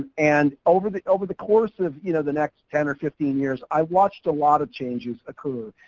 and and over the over the course of, you know, the next ten or fifteen years i've watched a lot of changes occur.